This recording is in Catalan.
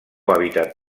hàbitat